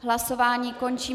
Hlasování končím.